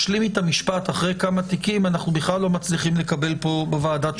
אנחנו לא מצליחים לקבל תשובות פה בוועדה.